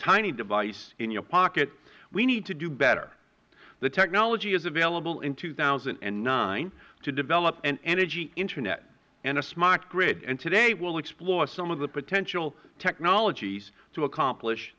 tiny device in your pocket we need to do better the technology is available in two thousand and nine to develop an energy internet and a smart grid and today we will explore some of the potential technologies to accomplish